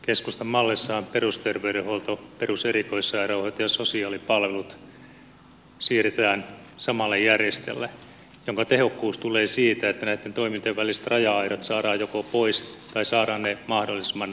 keskustan mallissahan perusterveydenhuolto peruserikoissairaanhoito ja sosiaalipalvelut siirretään samalle järjestäjälle minkä tehokkuus tulee siitä että näitten toimintojen väliset raja aidat joko saadaan pois tai saadaan ne mahdollisimman matalalle